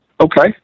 Okay